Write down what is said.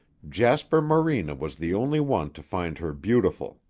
jasper morena was the only one to find her beautiful.